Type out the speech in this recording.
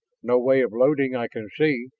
no way of loading i can see,